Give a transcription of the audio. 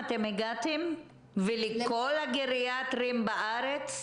ולכל הגריאטריים בארץ?